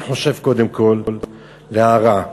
הערה: